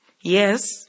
Yes